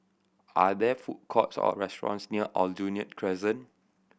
are there food courts or restaurants near Aljunied Crescent